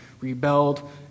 rebelled